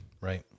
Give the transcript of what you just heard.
Right